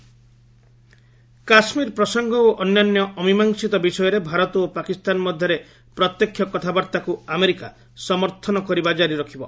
US J and K Kashmir ପ୍ରସଙ୍ଗ ଓ ଅନ୍ୟାନ୍ୟ ଅମିମାଂଶିତ ବିଷୟରେ ଭାରତ ଓ ପାକିସ୍ତାନ ମଧ୍ୟରେ ପ୍ରତ୍ୟକ୍ଷ କଥାବାର୍ତ୍ତାକୁ ଆମେରିକା ସମର୍ଥନ କରିବା ଜାରି ରଖିବ